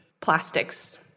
plastics